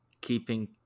keeping